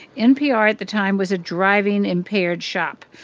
npr at the time was a driving-impaired shop.